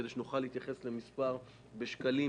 כדי שנוכל להתייחס למספר בשקלים,